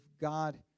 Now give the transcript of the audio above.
God